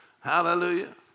Hallelujah